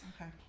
okay